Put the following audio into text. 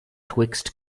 twixt